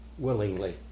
Willingly